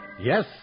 Yes